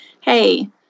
hey